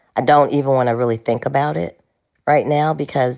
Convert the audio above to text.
i don't even wanna really think about it right now. because